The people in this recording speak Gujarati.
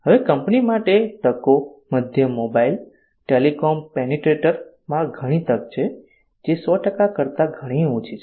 હવે કંપની માટે તકો મધ્ય મોબાઇલ ટેલિકોમ પેનિટ્રેટરમાં ઘણી તક છે જે 100કરતા ઘણી ઓછી છે